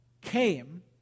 came